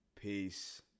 peace